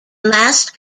last